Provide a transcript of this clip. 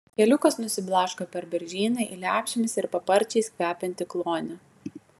keliukas nusiblaško per beržyną į lepšėmis ir paparčiais kvepiantį klonį